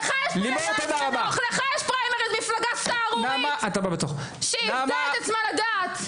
לך יש פריימריז מפלגה סהרורית שאיבדה את עצמה לדעת.